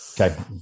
Okay